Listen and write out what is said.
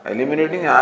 Eliminating